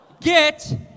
get